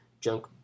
Junk